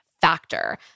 factor